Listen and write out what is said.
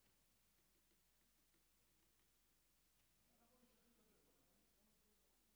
אנחנו יוצאים לפגרה וביום ראשון ראש חודש